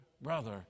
brother